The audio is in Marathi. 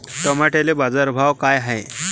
टमाट्याले बाजारभाव काय हाय?